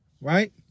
right